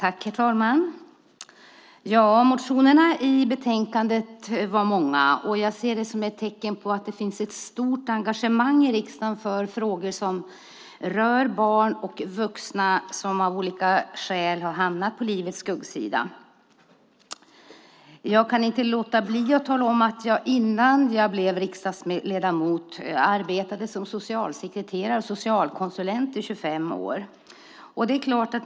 Herr talman! Motionerna som behandlas i betänkandet är många. Jag ser det som ett tecken på att det finns ett stort engagemang i riksdagen för frågor som rör barn och vuxna som av olika skäl har hamnat på livets skuggsida. Innan jag blev riksdagsledamot arbetade jag som socialsekreterare och socialkonsulent i 25 år.